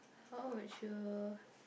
how would you